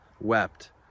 wept